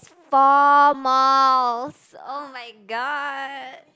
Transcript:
four malls oh-my-god